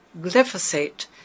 Glyphosate